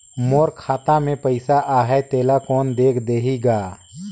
मोर खाता मे पइसा आहाय तेला कोन देख देही गा?